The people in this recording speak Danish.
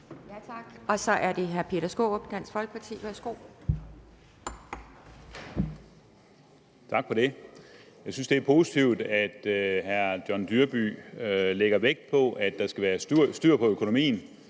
Tak. Så er det hr. Peter Skaarup, Dansk Folkeparti, værsgo. Kl. 10:36 Peter Skaarup (DF): Tak for det. Jeg synes, at det er positivt, at hr. John Dyrby lægger vægt på, at der skal være styr på økonomien.